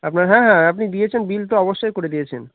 আপনার হ্যাঁ আপনি দিয়েছেন বিল তো অবশ্যই করে দিয়েছেন